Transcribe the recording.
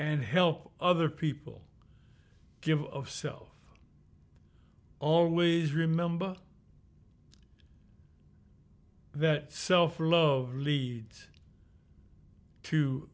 and help other people give of self always remember that self love leads to